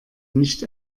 nicht